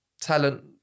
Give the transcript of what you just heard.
talent